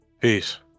Peace